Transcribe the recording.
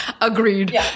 Agreed